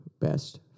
best